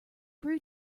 brew